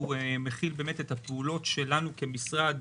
הוא מעגל שמכיל את הפעולות שלנו כמשרד,